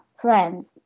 Friends